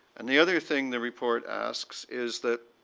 and the other thing the report asks is that